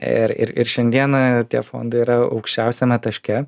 ir ir ir šiandieną tie fondai yra aukščiausiame taške